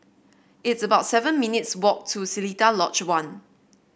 it's about seven minutes' walk to Seletar Lodge One